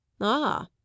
Ah